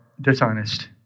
dishonest